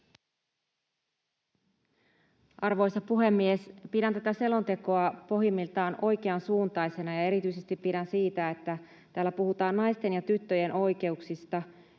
Arvoisa puhemies! Pidän tätä selontekoa pohjimmiltaan oikeansuuntaisena ja erityisesti pidän siitä, että täällä puhutaan naisten ja tyttöjen oikeuksista